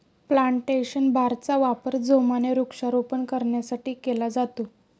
plantation बारचा वापर जोमाने वृक्षारोपण करण्यासाठी केला जातो